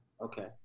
Okay